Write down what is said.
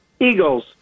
eagles